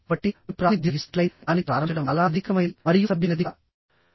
కాబట్టిమీరు ప్రాతినిధ్యం వహిస్తున్నట్లయితే దానితో ప్రారంభించడం చాలా అనధికారికమైనది మరియు అసభ్యమైనది కూడా